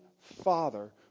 Father